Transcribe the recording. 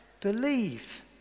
believe